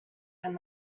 kann